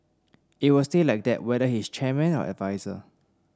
it will stay like that whether he is chairman or adviser